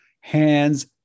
Hands